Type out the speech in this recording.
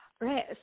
Right